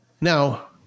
Now